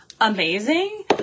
amazing